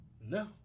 No